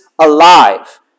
alive